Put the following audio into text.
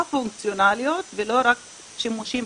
הפונקציונליות ולא רק שימושים.